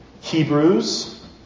Hebrews